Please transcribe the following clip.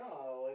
No